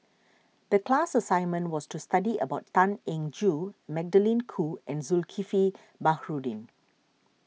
the class assignment was to study about Tan Eng Joo Magdalene Khoo and Zulkifli Baharudin